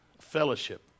fellowship